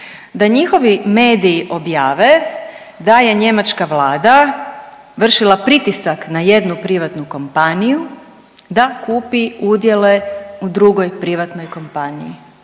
da njihovi mediji objave da je njemačka vlada vršila pritisak na jednu privatnu kompaniju da kupi udjele u drugoj privatnoj kompaniji.